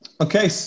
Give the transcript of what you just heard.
Okay